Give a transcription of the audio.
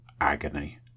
agony